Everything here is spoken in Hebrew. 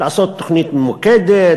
לעשות תוכנית ממוקדת,